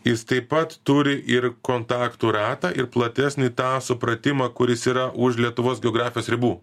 jis taip pat turi ir kontaktų ratą ir platesnį tą supratimą kuris yra už lietuvos geografijos ribų